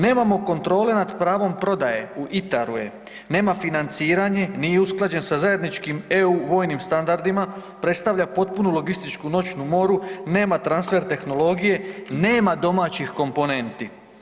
Nemamo kontrole nad pravom prodaje, u ITAR-u je, nema financiranje, nije usklađen sa zajedničkim EU vojnim standardima, predstavlja popunu logističku noćnu moru, nema transfer tehnologije, nema domaćih komponenti.